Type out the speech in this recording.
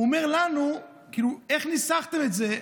והוא אומר לנו: איך ניסחתם את זה?